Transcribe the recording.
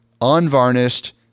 unvarnished